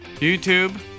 YouTube